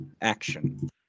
action